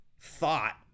thought